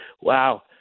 wow